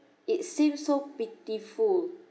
it seemed so pitiful